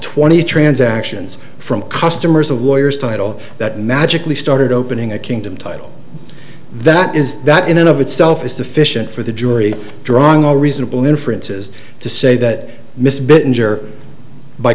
twenty transactions from customers of lawyers title that magically started opening a kingdom title that is that in and of itself is sufficient for the jury drawing all reasonable inferences to say that miss bit injure by